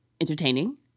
entertaining